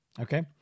Okay